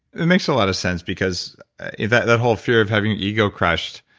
it makes a lot of sense because if that that whole fear of having ego crushed,